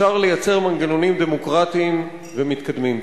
אפשר לייצר מנגנונים דמוקרטיים ומתקדמים.